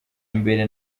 imbere